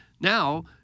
Now